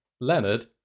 Leonard